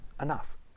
enough